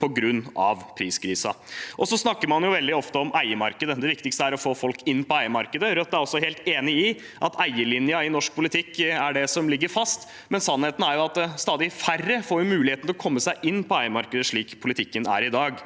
på grunn av priskrisen. Man snakker veldig ofte om eiemarkedet, at det viktigste er å få folk inn på eiemarkedet. Rødt er også helt enig i at eielinjen i norsk politikk er det som ligger fast, men sannheten er at stadig færre får muligheten til å komme seg inn på eiemarkedet, slik politikken er i dag.